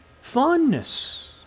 fondness